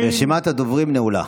רשימת הדוברים נעולה.